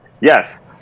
yes